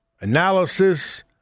analysis